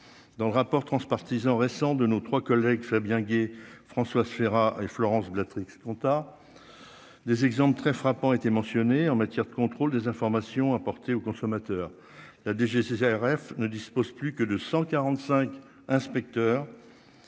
dans le rapport transpartisan récent de nos 3 collègues Fabien Gay Françoise Ferrat et Florence Béatrix compta des exemples très frappant été mentionnée en matière de contrôle des informations apportées aux consommateurs la DGCCRF ne dispose plus que de 145 inspecteurs